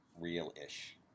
real-ish